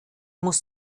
muss